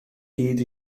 hyd